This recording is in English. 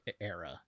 era